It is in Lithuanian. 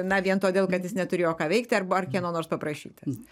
na vien todėl kad jis neturėjo ką veikti arba ar kieno nors paprašytas